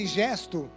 gesto